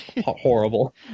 horrible